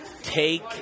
take